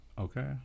Okay